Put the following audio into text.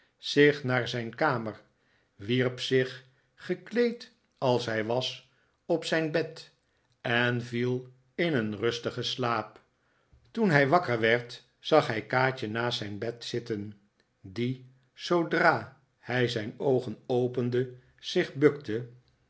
zich naar zijn kamer wierp zich gekleed als hij was op zijn bed en viel in een rustigen slaap toen hij wakker werd zag hij kaatje naast zijn bed zitten die zoodra hij zijn oogen opende zich bukte